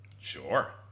sure